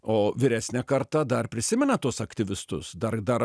o vyresnė karta dar prisimena tuos aktyvistus dar dar